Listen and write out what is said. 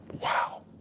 Wow